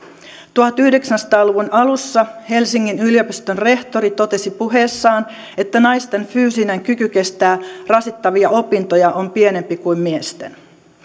tuhatyhdeksänsataa luvun alussa helsingin yliopiston rehtori totesi puheessaan että naisten fyysinen kyky kestää rasittavia opintoja on pienempi kuin miesten